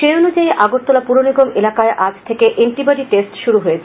সেই অনুযায়ী আগরতলা পুর নিগম এলাকায় আজ থেকে এন্টিবডি টেস্ট শুরু হয়েছে